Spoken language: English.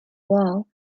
wall